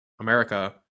America